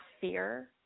fear